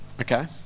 Okay